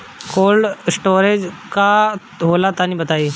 Cold storage का होला तनि बताई?